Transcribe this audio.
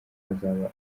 azaba